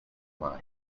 mind